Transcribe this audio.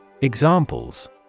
Examples